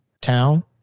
town